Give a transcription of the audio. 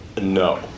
No